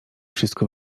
wszystko